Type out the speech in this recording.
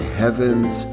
heaven's